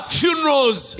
funerals